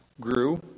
grew